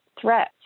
threat